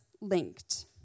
linked